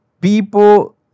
people